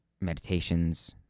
meditations